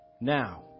Now